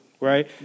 Right